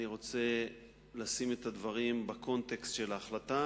אני רוצה לשים את הדברים בקונטקסט של ההחלטה